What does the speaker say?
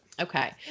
Okay